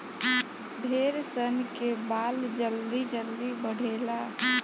भेड़ सन के बाल जल्दी जल्दी बढ़ेला